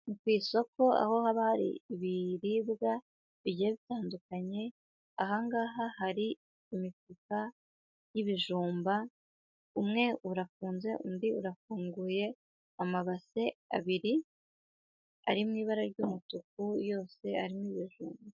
Ni ku isoko aho haba hari ibiribwa bigiye bitandukanye, aha ngaha hari imifuka y'ibijumba, umwe urafunze undi urafunguye, amabase abiri ari mu ibara ry'umutuku, yose arimo ibijumba.